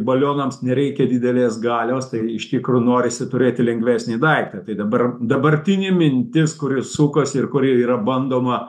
balionams nereikia didelės galios tai iš tikro norisi turėti lengvesnį daiktą tai dabar dabartinė mintis kuri sukasi ir kuri yra bandoma